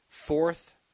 fourth